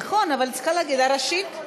נכון, אבל את צריכה להגיד, לראשית?